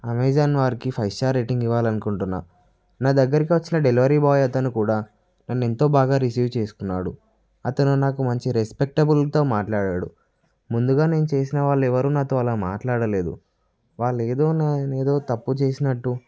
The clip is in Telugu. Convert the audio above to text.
అమెజాన్ వారికి ఫైవ్ స్టార్ రేటింగ్ ఇవ్వాలనుకుంటున్నాను నా దగ్గరకొచ్చిన డెలివరీ బాయ్ అతను కూడా నన్నెంతో బాగా రిసీవ్ చేసుకున్నాడు అతను నాకు మంచి రెస్పెక్టబుల్తో మాట్లాడాడు ముందుగా నేను చేసిన వాళ్ళెవరూ నాతో అలా మాట్లాడలేదు వాళ్ళేదో నానేదో తప్పుచేసినట్టు